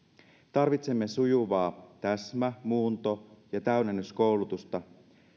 tarvitsemme sujuvaa täsmä muunto ja täydennyskoulutusta